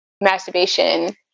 masturbation